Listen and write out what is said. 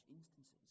instances